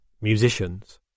musicians